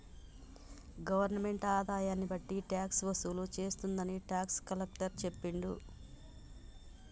government ఆదాయాన్ని బట్టి tax వసూలు చేస్తుందని టాక్స్ కలెక్టర్ చెప్పిండు